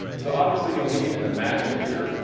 so obviously you'll need a mac computer.